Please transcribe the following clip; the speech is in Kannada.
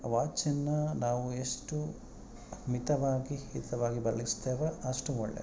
ವಾಚನ್ನು ನಾವು ಎಷ್ಟು ಮಿತವಾಗಿ ಹಿತವಾಗಿ ಬಳಸ್ತೇವೋ ಅಷ್ಟು ಒಳ್ಳೆಯದು